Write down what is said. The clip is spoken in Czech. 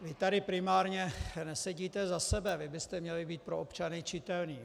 Vy tady primárně nesedíte za sebe, vy byste měli být pro občany čitelní.